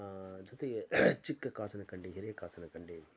ಜೊತೆಗೆ ಚಿಕ್ಕಕಾಸನಕಂಡಿ ಹಿರೇಕಾಸನಕಂಡಿ